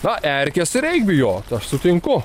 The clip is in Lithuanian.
na erkės tai reik bijot aš sutinku